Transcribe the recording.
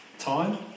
time